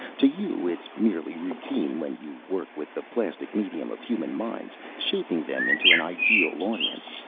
to you, it's merely routine when you work with the plastic medium of human minds, shaping them into an ideal audience.